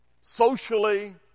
socially